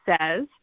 says